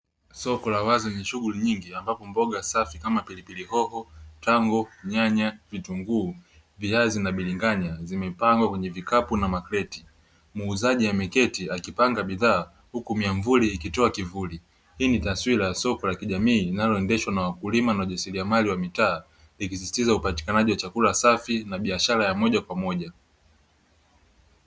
Soko la wazi lenye shughuli nyingi ambapoo mboga safi kama: pilipili hoho, tango, nyanya, vitunguu, viazi na biringanya zimepangwa kwenye vikapu na makreti. Muuzaji ameketi akipanga bidhaa huku miamvuli ikitoa kivuli; hii ni taswira ya soko la kijamii linaloendeshwa na wakulima na wajasiriamali wa mitaa, ikisisitiza upatikanaji wa chakula safi na biashara ya moja kwa moja.